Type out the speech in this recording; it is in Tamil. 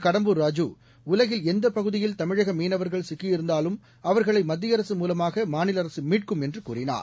கடம்பூர் ராஜூ உலகில் எந்தப் பகுதியில் தமிழக மீனவர்கள் சிக்கியிருந்தாலும் அவர்களை மத்திய அரசு மூலமாக மாநில அரசு மீட்கும் என்று கூறினார்